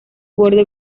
borde